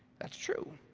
that's true.